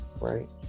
right